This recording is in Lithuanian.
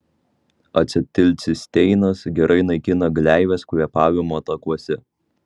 acetilcisteinas gerai naikina gleives kvėpavimo takuose